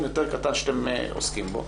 זה בסך הכול סכום יותר קטן שאתם עוסקים בו.